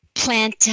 plant